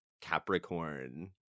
capricorn